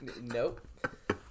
Nope